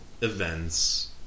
events